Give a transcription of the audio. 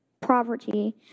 property